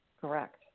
Correct